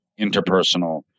interpersonal